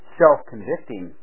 self-convicting